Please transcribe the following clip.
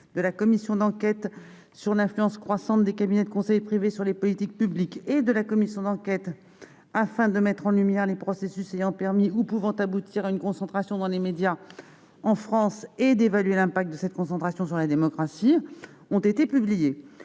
de la commission d'enquête sur l'influence croissante des cabinets de conseil privés sur les politiques publiques et de la commission d'enquête « afin de mettre en lumière les processus ayant permis ou pouvant aboutir à une concentration dans les médias en France et d'évaluer l'impact de cette concentration sur la démocratie » ont été publiées.